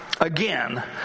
again